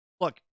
look